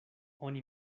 oni